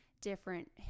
different